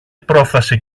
πρόφθασε